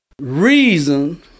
reason